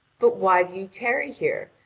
but why do you tarry here?